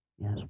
Yes